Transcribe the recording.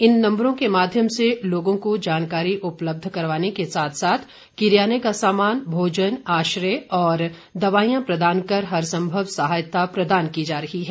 इन नम्बरों के माध्यम से लोगों को जानकारी उपलब्ध करवाने के साथ साथ किरयाने का सामान भोजन आश्रय और दवाइयां प्रदान कर हर संभव सहायता प्रदान की जा रही है